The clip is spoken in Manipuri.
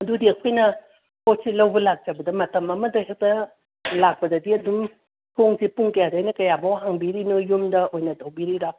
ꯑꯗꯨꯗꯤ ꯑꯩꯈꯣꯏꯅ ꯄꯣꯠꯁꯤ ꯂꯧꯕ ꯂꯥꯛꯆꯕꯗ ꯃꯇꯝ ꯑꯃꯗ ꯍꯦꯛꯇ ꯂꯥꯛꯄꯗꯗꯤ ꯑꯗꯨꯝ ꯊꯣꯡꯁꯦ ꯄꯨꯡ ꯀꯌꯥꯗꯩꯅ ꯀꯌꯥꯕꯣꯛ ꯍꯥꯡꯕꯤꯔꯤꯅꯣ ꯌꯨꯝꯗ ꯑꯣꯏꯅ ꯇꯧꯕꯤꯔꯤꯔꯥ